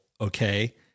okay